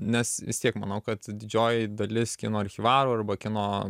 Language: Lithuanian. nes vis tiek manau kad didžioji dalis kino archyvarų arba kino